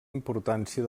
importància